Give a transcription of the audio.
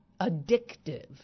addictive